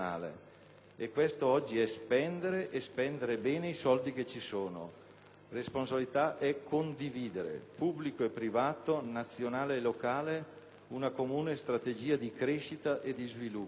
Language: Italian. e questo oggi significa spendere, e spendere bene i soldi che ci sono. Responsabilità è condividere, pubblico e privato, nazionale e locale, una comune strategia di crescita e di sviluppo.